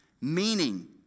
Meaning